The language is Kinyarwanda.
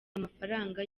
amafaranga